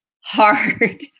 hard